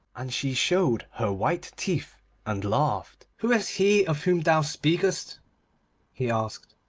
and she showed her white teeth and laughed. who is he of whom thou speakest he asked.